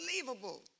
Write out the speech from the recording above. unbelievable